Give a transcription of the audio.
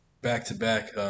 back-to-back